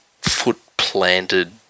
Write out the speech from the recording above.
foot-planted